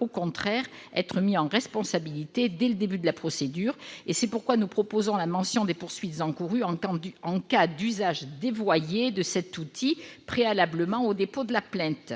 au contraire, être mis en responsabilité dès le début de la procédure. C'est pourquoi nous proposons la mention des poursuites encourues en cas d'usage dévoyé de cet outil préalablement au dépôt de la plainte.